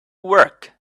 work